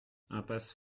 impasse